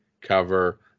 cover